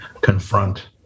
confront